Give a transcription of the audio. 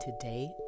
today